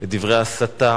את דברי ההסתה